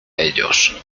ellos